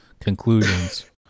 conclusions